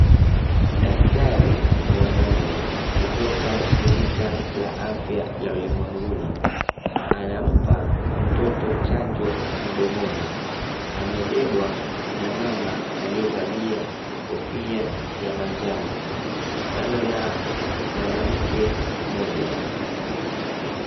Daktari wa kiume kutoka Shirika la Kiafya Ulimwenguni anampa mtoto chanjo mdomoni, amebebwa na mama aliyevalia kofia ya manjano kando na mwanamke mmoja.